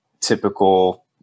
typical